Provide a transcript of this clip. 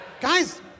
Guys